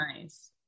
nice